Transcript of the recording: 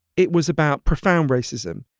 it was about profound racism